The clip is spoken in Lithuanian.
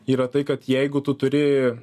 yra tai kad jeigu tu turi